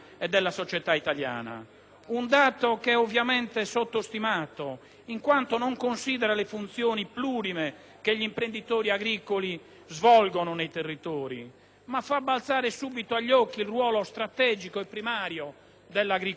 Un dato che ovviamente è sottostimato in quanto non considera le funzioni plurime che gli imprenditori agricoli svolgono nei territori, ma che fa balzare subito agli occhi il ruolo strategico e primario dell'agricoltura nel nostro Paese.